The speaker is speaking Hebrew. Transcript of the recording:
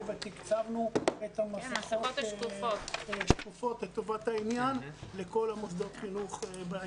ותקצבנו את המסכות השקופות לכל מוסדות החינוך.